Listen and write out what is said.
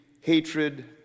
hatred